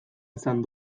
izan